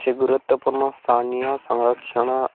ସେ ଗୁରୁତ୍ୱପୂର୍ଣ୍ଣ ସ୍ଥାନୀୟ ସଂରକ୍ଷଣ